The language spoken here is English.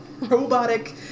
robotic